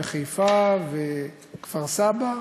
וחיפה או כפר-סבא,